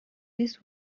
this